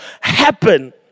happen